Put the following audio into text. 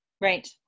right